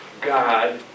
God